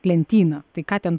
lentyną tai ką ten